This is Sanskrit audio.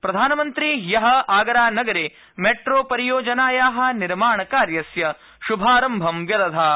प्रधानमंत्री द्यः आगरानगरे मैट्रोपरियोजनाया निर्माणकार्यस्य शुमारम्भं व्यदधात्